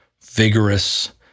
vigorous